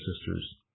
sisters